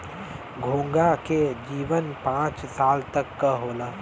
घोंघा क जीवन पांच साल तक क होला